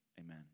Amen